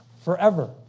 Forever